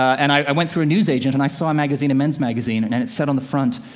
and i went through a news agent, and i saw a magazine, a men's magazine, and and it said on the front,